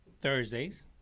Thursdays